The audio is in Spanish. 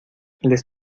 les